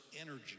energy